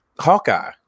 Hawkeye